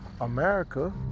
America